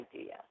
idea